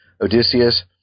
Odysseus